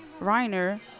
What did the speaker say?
Reiner